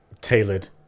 tailored